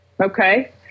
Okay